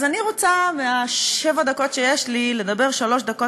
אז אני רוצה בשבע הדקות שיש לי לדבר שלוש דקות